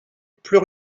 plus